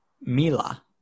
Mila